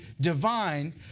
divine